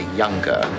younger